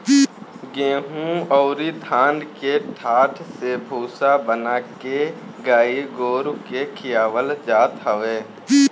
गेंहू अउरी धान के डाठ से भूसा बना के गाई गोरु के खियावल जात हवे